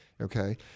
Okay